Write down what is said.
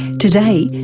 today,